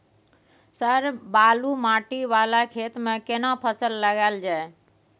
Sir बालू माटी वाला खेत में केना फसल लगायल जाय?